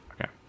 okay